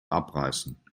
abreißen